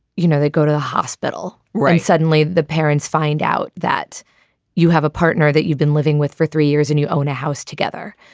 you know, they go to a hospital. right. suddenly the parents find out that you have a partner that you've been living with for three years and you own a house together.